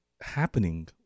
happening